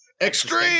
Extreme